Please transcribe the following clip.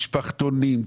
משפחתונים,